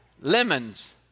Lemons